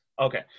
Okay